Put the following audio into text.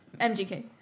MGK